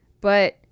but-